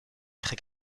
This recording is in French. créer